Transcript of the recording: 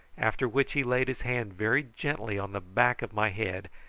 after which he laid his hand very gently on the back of my head,